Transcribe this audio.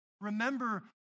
Remember